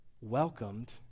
welcomed